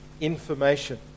information